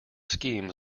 schemes